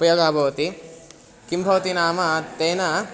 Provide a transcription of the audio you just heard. उपयोगः भवति किं भवति नाम तेन